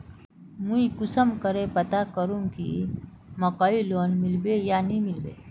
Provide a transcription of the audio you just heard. मुई कुंसम करे पता करूम की मकईर लोन मिलबे या नी मिलबे?